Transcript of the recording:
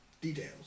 details